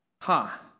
Ha